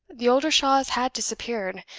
the oldershaws had disappeared,